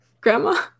grandma